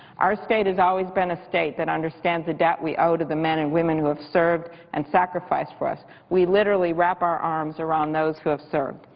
our state has always been a state that understands the debt we owe to the men and women who have served and sacrificed for us. we literally wrap our arms around those who have served.